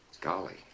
Golly